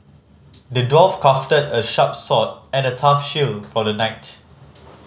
the dwarf crafted a sharp sword and a tough shield for the knight